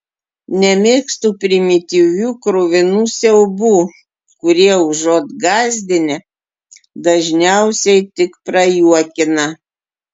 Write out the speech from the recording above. nemėgstu primityvių kruvinų siaubų kurie užuot gąsdinę dažniausiai tik prajuokina